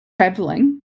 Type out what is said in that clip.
traveling